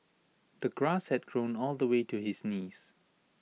the grass had grown all the way to his knees